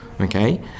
okay